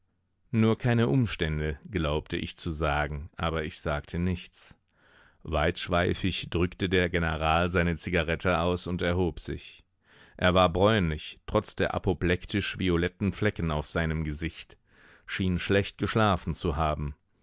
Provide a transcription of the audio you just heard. nur keine umstände glaubte ich zu sagen aber ich sagte nichts weitschweifig drückte der general seine zigarette aus und erhob sich er war bräunlich trotz der apoplektisch violetten flecken auf seinem gesicht schien schlecht geschlafen zu haben